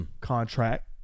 Contract